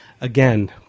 again